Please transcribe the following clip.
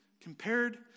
compared